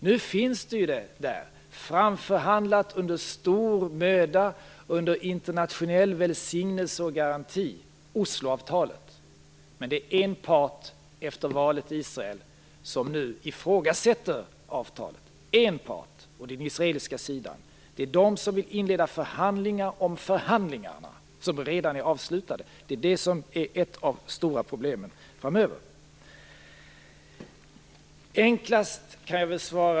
Nu finns Osloavtalet - framförhandlat under stor möda, under internationell välsignelse och garanti. Men det finns en part som efter valet i Israel ifrågasätter avtalet. En part - den israeliska sidan. Det är den som vill inleda förhandlingar om de förhandlingar som redan är avslutade. Detta är ett av de stora problemen framöver.